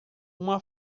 uma